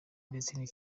ndetse